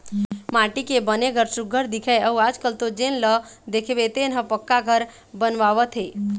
माटी के बने घर सुग्घर दिखय अउ आजकाल तो जेन ल देखबे तेन ह पक्का घर बनवावत हे